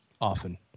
often